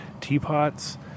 teapots